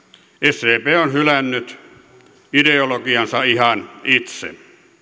sdp on hylännyt ideologiansa ihan itse